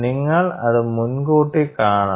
നിങ്ങൾ അത് മുൻകൂട്ടി കാണണം